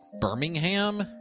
Birmingham